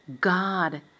God